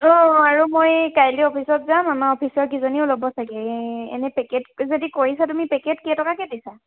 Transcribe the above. অঁ আৰু মই কাইলৈ অফিচত যাম আমাৰ অফিচৰ কিজনীও ল'ব চাগে এনে পেকেট যদি কৰিছা তুমি পেকেট কেইটকাকৈ দিছা